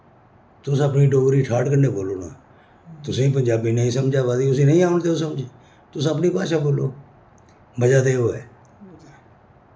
तुस अपनी डोगरी ठाट कन्नै बोल्लो ना तुसेंई पंजाबी नेईं समझ आवा दी उसी नेईं आन देओ समझ तुस अपनी भाशा बोलो मजा ते ओह् ऐ